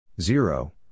Zero